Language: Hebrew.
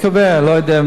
אני לא יודע מה יהיה,